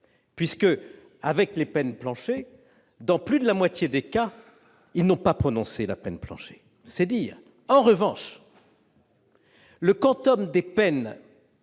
se sont sentis libres : dans plus de la moitié des cas, ils n'ont pas prononcée la peine plancher. C'est dire ! En revanche, le quantum des peines,